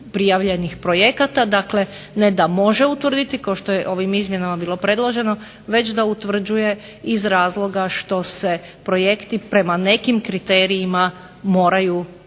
prijavljenih projekata. Dakle, ne da može utvrditi kao što je ovim izmjenama bilo predloženo već da utvrđuje iz razloga što se projekti prema nekim kriterijima moraju vrednovati.